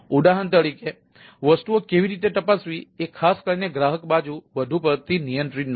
ઉદાહરણ તરીકે વસ્તુઓ કેવી રીતે તપાસવીએ ખાસ કરીને ગ્રાહક બાજુ વધુ પડતી નિયંત્રિત નથી